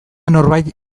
norbait